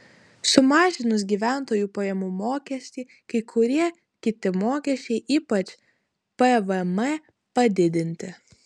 sumažinus gyventojų pajamų mokestį kai kurie kiti mokesčiai ypač pvm padidinti